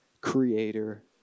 creator